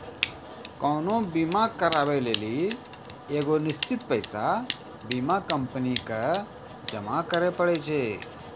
कोनो बीमा कराबै लेली एगो निश्चित पैसा बीमा कंपनी के जमा करै पड़ै छै